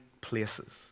places